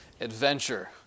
adventure